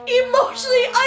emotionally